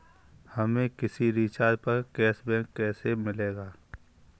हमें किसी रिचार्ज पर कैशबैक कैसे मिलेगा?